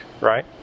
right